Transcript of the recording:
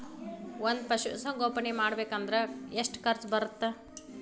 ಒಂದ್ ಪಶುಸಂಗೋಪನೆ ಮಾಡ್ಬೇಕ್ ಅಂದ್ರ ಎಷ್ಟ ಖರ್ಚ್ ಬರತ್ತ?